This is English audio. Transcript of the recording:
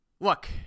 look